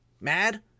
mad